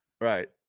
Right